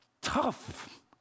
Tough